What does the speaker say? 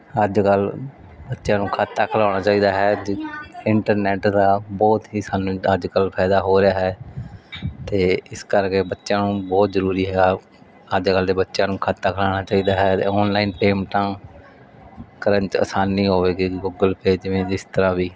ਅੱਜ ਕੱਲ ਬੱਚਿਆਂ ਨੂੰ ਖਾਤਾ ਖਿਲਾਉਣਾ ਚਾਹੀਦਾ ਹੈ ਇੰਟਰਨੈਟ ਦਾ ਬਹੁਤ ਹੀ ਸਾਨੂੰ ਅੱਜ ਕੱਲ ਫਾਇਦਾ ਹੋ ਰਿਹਾ ਹੈ ਤੇ ਇਸ ਕਰਕੇ ਬੱਚਿਆਂ ਨੂੰ ਬਹੁਤ ਜਰੂਰੀ ਹੈ ਅੱਜ ਕੱਲ ਦੇ ਬੱਚਿਆਂ ਨੂੰ ਖਾਤਾ ਖਿਲਾਉਣਾ ਚਾਹੀਦਾ ਹੈ ਔਨਲਾਈਨ ਪੇਮੈਂਟਾਂ ਕਰਨ 'ਚ ਆਸਾਨੀ ਹੋਵੇਗੀ ਗੂਗਲ ਪੇ ਜਿਵੇਂ ਜਿਸ ਤਰ੍ਹਾਂ ਵੀ